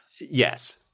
yes